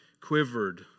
quivered